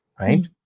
right